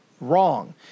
wrong